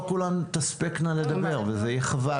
לא כולן תספקנה לדבר וזה יהיה חבל.